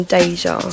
Deja